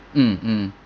mm mm